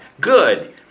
Good